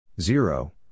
zero